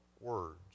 words